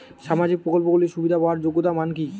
সামাজিক প্রকল্পগুলি সুবিধা পাওয়ার যোগ্যতা মান কি?